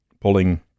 pulling